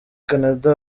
canada